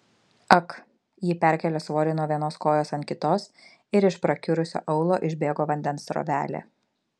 ak ji perkėlė svorį nuo vienos kojos ant kitos ir iš prakiurusio aulo išbėgo vandens srovelė